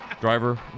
Driver